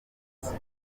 munsi